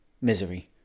misery